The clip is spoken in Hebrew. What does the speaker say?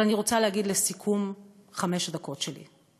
אבל אני רוצה להגיד לסיכום חמש הדקות שלי,